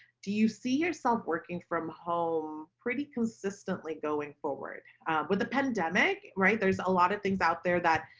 do you see yourself working from home pretty consistently going forward with the pandemic. right. there's a lot of things out there that